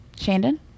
Shandon